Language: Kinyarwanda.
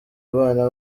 abana